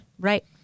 Right